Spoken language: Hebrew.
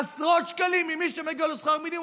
עשרות שקלים ממי שמגיע לו שכר מינימום,